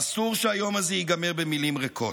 אסור שהיום הזה ייגמר במילים ריקות.